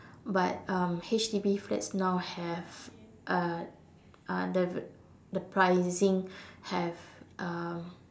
but um H_D_B flats now have uh uh the v~ the pricing have um